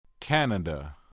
Canada